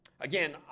Again